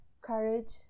courage